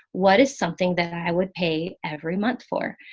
what is something that i would pay every month for?